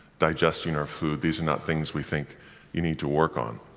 digesting our food. these are not things we think you need to work on,